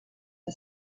are